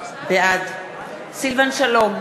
בעד סילבן שלום,